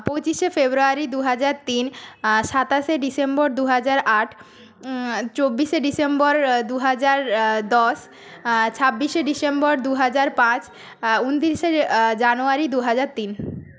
পঁচিশে ফেব্রুয়ারি দু হাজার তিন সাতাশে ডিসেম্বর দু হাজার আট চব্বিশে ডিসেম্বর দু হাজার দশ ছাব্বিশে ডিসেম্বর দু হাজার পাঁচ উনত্রিশে জানুয়ারি দু হাজার তিন